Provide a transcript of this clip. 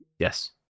Yes